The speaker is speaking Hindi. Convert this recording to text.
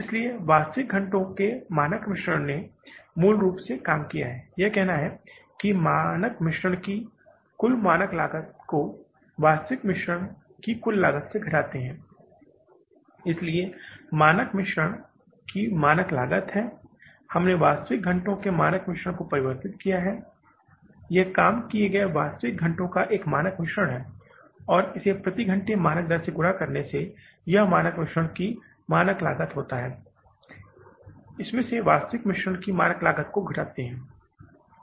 इसलिए वास्तविक घंटों के मानक मिश्रण ने मूल रूप से काम किया है यह कहना है कि मानक मिश्रण की कुल मानक लागत को वास्तविक मिश्रण की कुल लागत घटाते है इसलिए मानक मिश्रण की मानक लागत है हमने वास्तविक घंटों के मानक मिश्रण को परिवर्तित किया है यह काम किए गए वास्तविक घंटों का एक मानक मिश्रण है और इसे प्रति घंटे मानक दर से गुणा करने से यह मानक मिश्रण की मानक लागत होता है इसमें से वास्तविक मिश्रण की मानक लागत को घटाते है